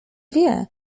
wie